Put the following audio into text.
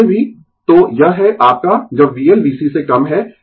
तो वैसे भी तो यह है आपका जब VL VC से कम है